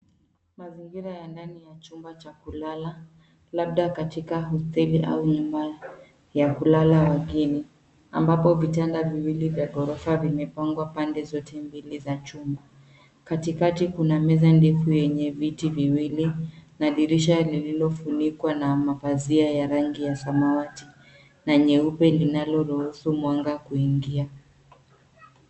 Mazingira ya ndani ya chumba cha kulala, labda katika hosteli au nyumba ya kulala wageni, ambapo vitanda viwili vya ghorofa vimepangwa pande zote mbili za chuma. Katikati kuna meza ndefu yenye viti viwili na dirisha lililofunikwa na mapazia ya rangi ya samawati na nyeupe linaloruhusu mwanga kuingia.